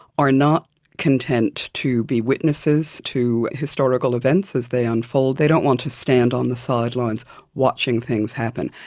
are not content to be witnesses to historical events as they unfold, they don't want to stand on the sidelines watching things happen.